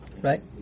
Right